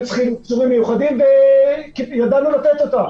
צריכים אישורים מיוחדים וידענו לתת אותם.